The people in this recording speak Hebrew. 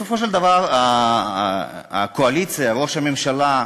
בסופו של דבר הקואליציה, ראש הממשלה,